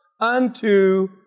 unto